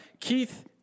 Keith